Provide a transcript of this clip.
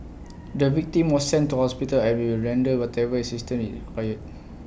the victim was sent to hospital and we will render whatever assistance is required